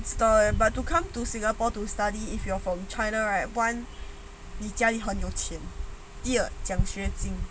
不知道 eh but to come to singapore to study if you are from china right [one] 你家里很有钱第二奖学金